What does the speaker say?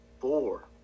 four